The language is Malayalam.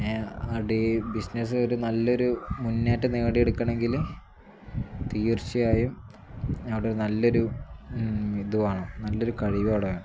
അവിടെ ബിസിനസ്സ് ഒരു നല്ലൊരു മുന്നേറ്റം നേടിയെടുക്കണമെങ്കിൽ തീർച്ചയായും അവിടെ ഒരു നല്ലൊരു ഇതു വേണം നല്ലൊരു കഴിവ് അവിടെ വേണം